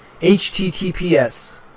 HTTPS